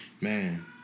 Man